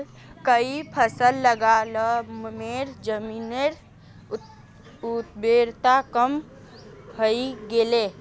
कई फसल लगा ल मोर जमीनेर उर्वरता कम हई गेले